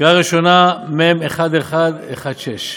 קריאה ראשונה, מ/1116.